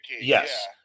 Yes